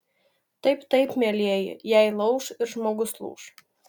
taip taip mielieji jei lauš ir žmogus lūš